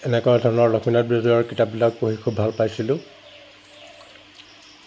এনেকুৱা ধৰণৰ লক্ষ্মীনাথ বেজবৰুৱাৰ কিতাপবিলাক পঢ়ি খুব ভাল পাইছিলোঁ